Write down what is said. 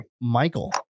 michael